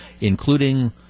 including